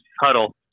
huddle